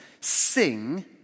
sing